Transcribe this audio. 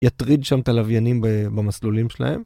יטריד שם את הלוויינים במסלולים שלהם.